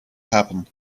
happen